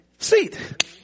seat